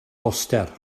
boster